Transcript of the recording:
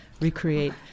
recreate